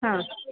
ಹಾಂ